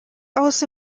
also